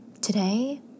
Today